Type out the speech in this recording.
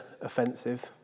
Offensive